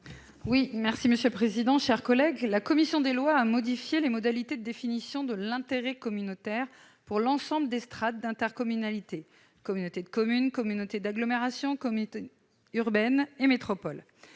pour présenter l'amendement n° 565 rectifié. La commission des lois a modifié les modalités de la définition de l'intérêt communautaire pour l'ensemble des strates d'intercommunalité- communautés de communes, communautés d'agglomération, communautés urbaines et métropoles.